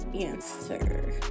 answer